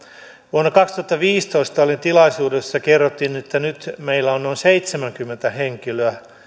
vuonna kaksituhattaviisitoista olin tilaisuudessa jossa kerrottiin että nyt meillä on noin seitsemänkymmentä henkilöä